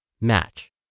match